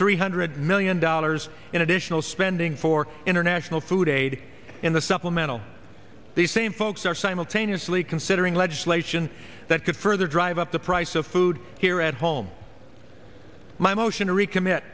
three hundred million dollars in additional spending for international food aid in the supplemental these same folks are simultaneously considering legislation that could further drive up the price of food here at home my motion to recommit